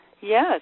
Yes